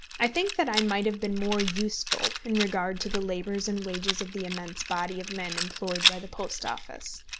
i think that i might have been more useful in regard to the labours and wages of the immense body of men employed by the post office.